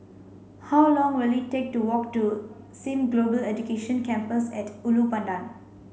how long will it take to walk to Sim Global Education Campus at Ulu Pandan